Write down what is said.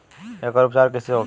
एकर उपचार कईसे होखे?